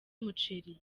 umuceri